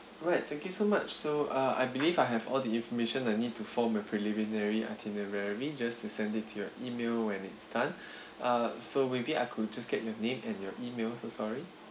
alright thank you so much so uh I believe I have all the information that need to form a preliminary itinerary just to sent it to your email when it's done uh so maybe I could just get your name and your email so sorry